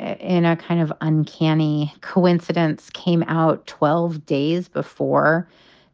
ah in a kind of uncanny coincidence, came out twelve days before